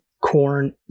corn